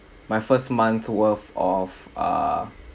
my first month worth of err